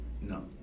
No